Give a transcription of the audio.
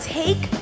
take